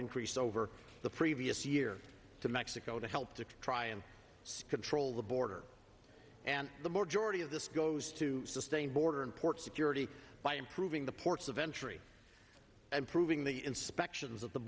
increase over the previous year to mexico to help to try and control the border and the majority of this goes to sustain border and port security by improving the ports of entry and proving the inspections